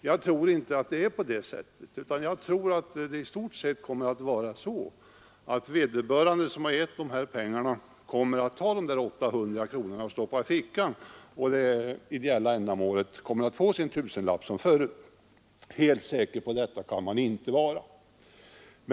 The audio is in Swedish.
Jag tror inte att det är på det sättet, utan jag tror att det i stort sett kommer att vara så, att de som gett dessa pengar kommer att ta de 800 kronorna i skatteavdrag och stoppa dem i fickan, varpå det ideella ändamålet kommer att få sin tusenlapp som tidigare. Helt säker på att resultatet inte blir detta kan man inte vara.